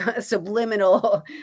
subliminal